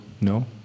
No